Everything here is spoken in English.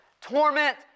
torment